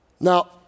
Now